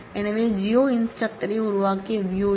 எனவே ஜியோ இன்ஸ்டிரக்டரை உருவாக்கிய வியூ இது